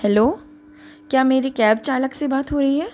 hello क्या मेरी cab चालक से बात हो रही है